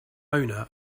owner